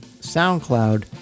SoundCloud